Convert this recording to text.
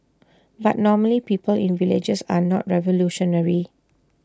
but normally people in villages are not revolutionary